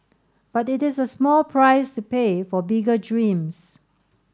but it is a small price to pay for bigger dreams